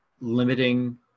limiting